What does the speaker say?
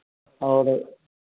और